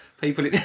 people